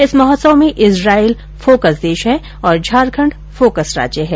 इस महोत्सव में इज़राइल फोकस देश है और झारखंड फोकस राज्य है